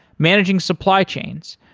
managing supply chains,